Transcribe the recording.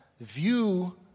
view